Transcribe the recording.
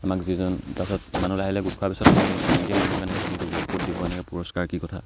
আমাক যিজন তাৰপিছত মানুহ লাহে লাহে গোট খোৱা পিছত এনেকৈ পুৰস্কাৰ কি কথা